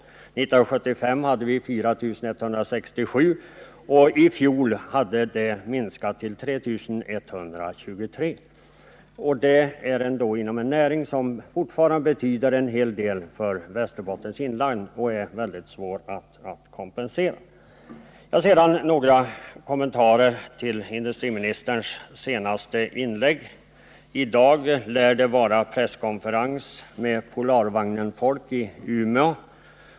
1975 fanns det 4 167, och i fjol hade de minskat till 3 123. Det är ändå inom en näring som fortfarande betyder en hel del för Västerbottens inland och som är väldigt svår att kompensera. Sedan vill jag göra några kommentarer till industriministerns senaste inlägg. I dag lär det vara presskonferens med folk från Polarvagnen i Umeå.